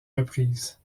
reprises